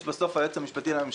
יש בסוף את היועץ המשפטי לממשלה.